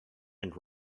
and